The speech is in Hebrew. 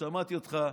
שמעתי אותך,